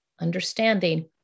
understanding